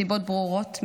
מסיבות ברורות,